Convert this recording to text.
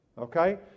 Okay